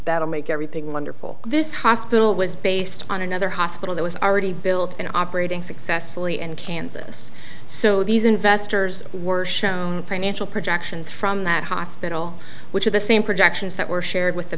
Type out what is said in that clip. that'll make everything wonderful this hospital was based on another hospital that was already built and operating successfully and kansas so these investors were shown presidential projections from that hospital which are the same projections that were shared with the